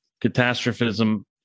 catastrophism